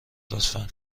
لطفا